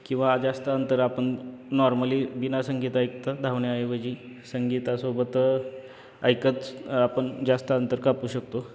किंवा जास्त अंतर आपण नॉर्मली बिना संगीत ऐकतं धावण्याऐवजी संगीतासोबत ऐकत आपण जास्त अंतर कापू शकतो